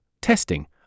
testing